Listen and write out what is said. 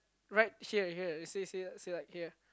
right here here you see see see like here